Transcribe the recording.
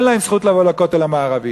אין להם זכות לבוא לכותל המערבי.